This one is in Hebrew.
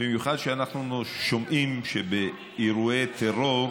במיוחד כשאנחנו שומעים שבאירועי טרור,